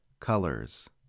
Colors